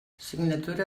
signatura